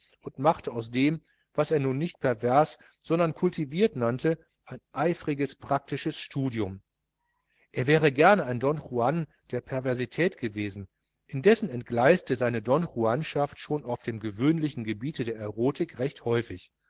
und machte ans dem was er nun nicht pervers sondern kultiviert nannte ein eifriges praktisches studium er wäre gerne ein don juan der perversität gewesen indessen entgleiste seine don juanschaft schon auf dem gewöhnlichen gebiete der erotik recht häufig